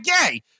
gay